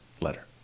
letter